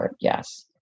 Yes